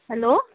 hello